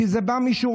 כי זה בא משורותינו.